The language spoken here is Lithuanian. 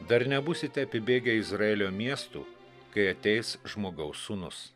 dar nebūsite apibėgę izraelio miestų kai ateis žmogaus sūnus